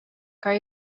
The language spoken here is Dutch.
kan